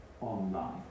online